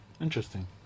Interesting